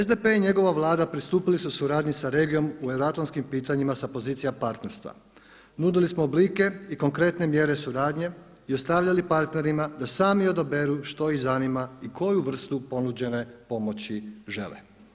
SDP i njegova vlada pristupili su suradnji sa regijom u euroatlantskim pitanjima sa pozicija partnerstva nudili smo oblike i konkretne mjere suradnje i ostavljali partnerima da sami odaberu što ih zanima i koju vrstu ponuđene pomoći žele.